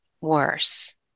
worse